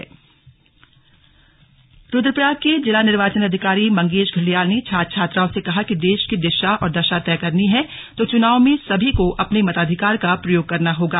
युवा जागरूकता रुद्रप्रयाग रुद्रप्रयाग के जिला निर्वाचन अधिकारी मंगेश धिल्डियाल ने छात्र छात्राओं से कहा कि देश की दिशा और दशा तय करनी है तो चुनाव में सभी को अपने मताधिकार का प्रयोग करना होगा